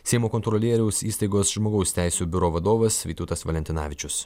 seimo kontrolieriaus įstaigos žmogaus teisių biuro vadovas vytautas valentinavičius